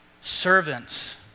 servants